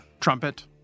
Trumpet